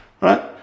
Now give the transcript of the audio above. right